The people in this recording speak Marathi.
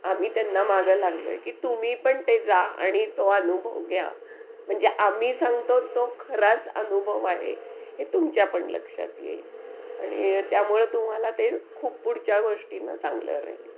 आम्ही त्यांना मागं लागलो आहे की तुम्ही पण ते जा आणि तो अनुभव घ्या म्हणजे आम्ही सांगतो तो खराच अनुभव आहे हे तुमच्या पण लक्षात येईल आणि त्यामुळे तुम्हाला ते खूप पुढच्या गोष्टींना चांगलं राहील